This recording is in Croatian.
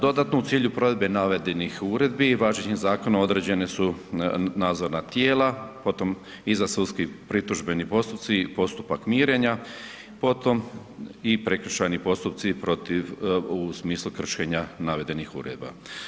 Dodatno u cilju provedbe navedenih uredbi važećim zakonom određena su nadzorna tijela, potom izvansudski pritužbeni postupci i postupak mirenja, potom i prekršajni postupci protiv, u smislu kršenja navedenih uredba.